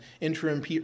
interim